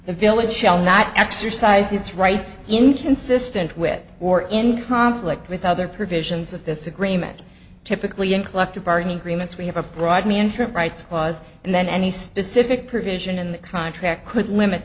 the village shall not exercise its rights inconsistent with or in conflict with other provisions of this agreement typically in collective bargaining agreements we have a broad me interim rights was and then any specific provision in the contract could limit